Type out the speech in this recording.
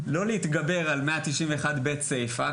לא להתגבר על 191(ב) סיפא,